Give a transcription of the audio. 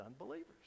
unbelievers